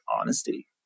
honesty